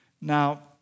Now